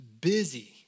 busy